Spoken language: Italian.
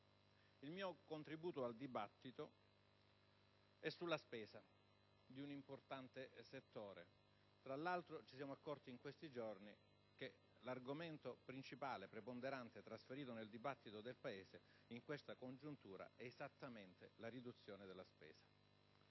il mio contributo al dibattito verte sulla spesa di un importante settore. Tra l'altro, in questi giorni ci siamo resi conto che l'argomento principale e preponderante trasferito nel dibattito del Paese in questa congiuntura è esattamente la riduzione della spesa.